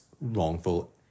wrongful